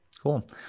Cool